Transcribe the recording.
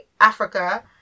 Africa